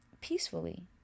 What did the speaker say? peacefully